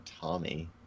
tommy